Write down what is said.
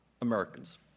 Americans